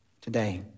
today